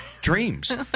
Dreams